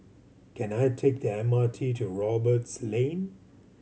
can I take the M R T to Roberts Lane